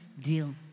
deal